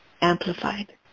amplified